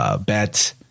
bet